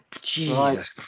Jesus